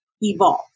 evolve